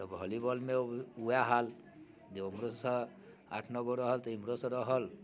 तऽ वॉली बॉलमे उएह हाल जँ ओम्हरोसँ आठ नओ गो रहल एम्हरोसँ रहल